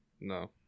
No